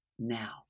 now